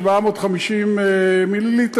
750 מ"ל,